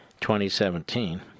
2017